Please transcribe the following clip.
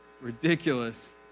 ridiculous